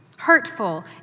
hurtful